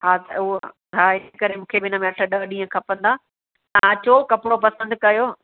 हा उहो हा हिन करे मूंखे हिन में अठ ॾह ॾीहुं खपंदा तव्हां अचो कपिड़ो पसंदि कयो